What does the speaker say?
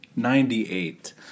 Ninety-eight